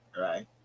right